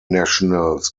nationals